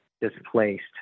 displaced